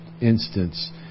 instance